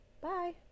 Bye